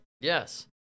Yes